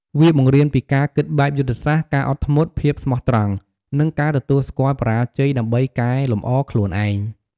វាបង្រៀនពីការគិតបែបយុទ្ធសាស្ត្រ ការអត់ធ្មត់ ភាពស្មោះត្រង់ និងការទទួលស្គាល់បរាជ័យ ដើម្បីកែលម្អខ្លួនឯង។